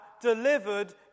delivered